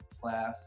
class